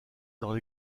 dans